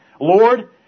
Lord